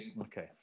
Okay